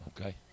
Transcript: Okay